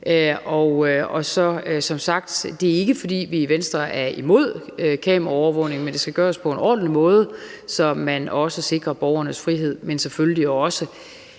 Det er som sagt ikke, fordi vi i Venstre er imod kameraovervågning, men det skal gøres på en ordentlig måde, så man også sikrer borgernes frihed og selvfølgelig også